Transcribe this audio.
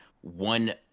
one—